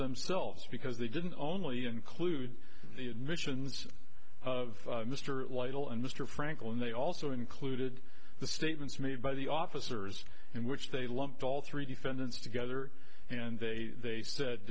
themselves because they didn't only include the admissions of mr lytle and mr franklin they also included the statements made by the officers in which they lumped all three defendants together and they